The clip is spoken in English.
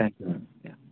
thank you madam